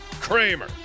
Kramer